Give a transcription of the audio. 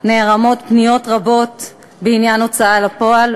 נערמות פניות רבות בעניין ההוצאה לפועל,